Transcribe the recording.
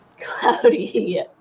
cloudy